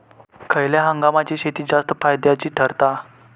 खयल्या हंगामातली शेती जास्त फायद्याची ठरता?